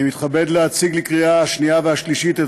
אני מתכבד להציג לקריאה שנייה ושלישית את